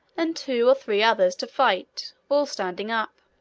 and two or three others to fight all standing up.